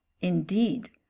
indeed